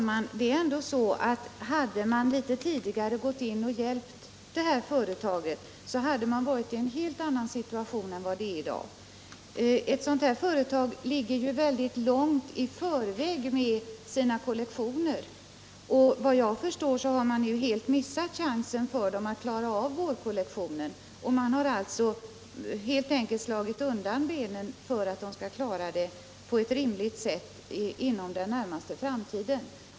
Herr talman! Hade man gått in litet tidigare och hjälpt det här företaget, skulle det ha befunnit sig i en helt annan situation än vad det i dag gör. Ett sådant här företag måste vara ute i mycket god tid med sina kollektioner. Såvitt jag förstår har Magna nu helt missat chansen att klara vårkollektionen. Man har alltså helt enkelt slagit undan benen för företaget — det kan inte klara detta arbete på ett rimligt sätt.